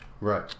Right